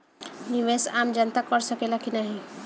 निवेस आम जनता कर सकेला की नाहीं?